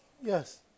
Yes